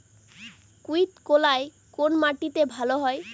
কুলত্থ কলাই কোন মাটিতে ভালো হয়?